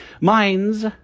Minds